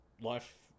life